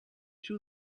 two